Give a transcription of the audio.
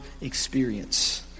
experience